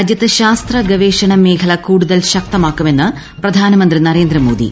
രാജ്യത്ത് ശാസ്ത്ര ഗവേഷണ മേഖല കൂടുതൽ ശക്തമാക്കുമെന്ന് പ്രധാനമന്ത്രി നരേന്ദ്ര മോദി